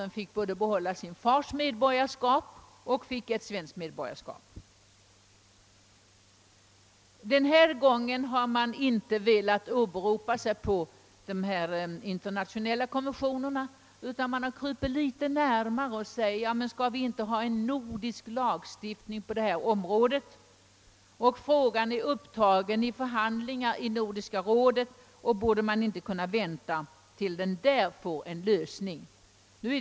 De skulle alltså behålla sin fars medborgarskap samtidigt som de fick svenskt medborgarskap. Denna gång har man inte velat åberopa dessa internationella konventioner utan har krupit litet närmare och hänvisat till önskvärdheten av en nordisk lagstiftning på området. Eftersom frågan är upptagen till förhandlingar i Nordiska rådet borde man kunna vänta på att den där får en lösning.